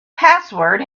password